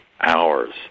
hours